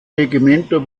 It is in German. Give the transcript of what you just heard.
regimenter